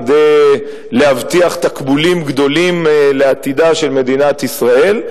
כדי להבטיח תקבולים גדולים לעתידה של מדינת ישראל.